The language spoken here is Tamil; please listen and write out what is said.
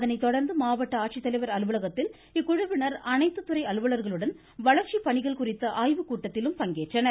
அதனை தொடர்ந்து மாவட்ட ஆட்சித்தலைவர் அலுவலகத்தில் இக்குழுவினர் அனைத்து துறை அலுவலர்களுடன் வளர்ச்சிப் பணிகள் குறித்த ஆய்வுக்கூட்டத்திலும் பங்கேற்றனர்